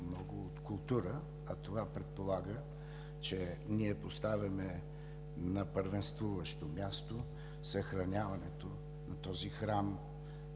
много от култура, а това предполага, че ние поставяме на първенствуващо място съхраняването на този храм